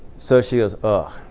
so she goes, oh.